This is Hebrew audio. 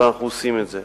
ואנחנו עושים את זה.